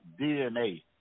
DNA